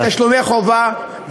לתשלומי חובה,